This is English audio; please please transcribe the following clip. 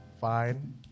Fine